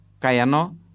Kayano